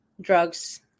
drugs